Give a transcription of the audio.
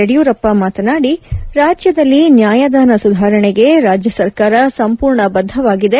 ಯಡಿಯೂರಪ್ಪ ಮಾತನಾಡಿ ರಾಜ್ಯದಲ್ಲಿ ನ್ಯಾಯದಾನ ಸುಧಾರಣೆಗೆ ರಾಜ್ಯ ಸರ್ಕಾರ ಸಂಪೂರ್ಣ ಬದ್ದವಾಗಿದೆ